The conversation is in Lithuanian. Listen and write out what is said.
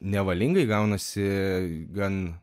nevalingai gaunasi gan